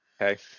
Okay